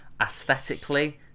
aesthetically